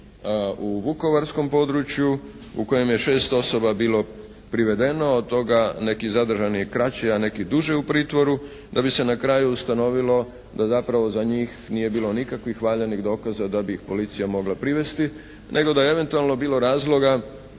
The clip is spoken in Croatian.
u Vukovarskom području u kojem je šest osoba bilo privedeno. Od toga neki zadržani kraće, a neki duže u pritvoru, da bi se na kraju ustanovilo da zapravo za njih nije bilo nikakvih valjanih dokaza da bih ih policija mogla privesti, nego da je eventualno bilo razloga